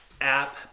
App